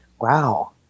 Wow